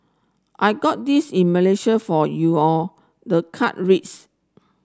I got this in Malaysia for you all the card reads